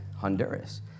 Honduras